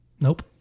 Nope